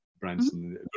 Branson